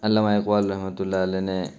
علامہ اقبال رحمۃ اللہ علیہ نے